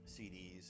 cds